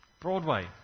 Broadway